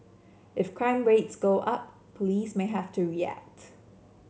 if crime rates go up police may have to react